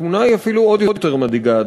התמונה אפילו עוד יותר מדאיגה,